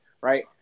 right